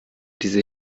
diese